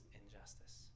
injustice